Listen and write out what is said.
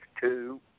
two